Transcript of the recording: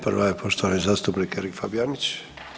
Prva je poštovani zastupnik Erik Fabijanić.